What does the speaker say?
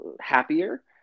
happier